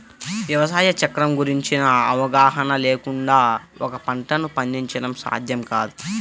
వ్యవసాయ చక్రం గురించిన అవగాహన లేకుండా ఒక పంటను పండించడం సాధ్యం కాదు